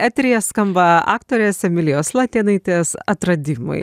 eteryje skamba aktorės emilijos latėnaitės atradimai